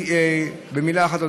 במילה אחת,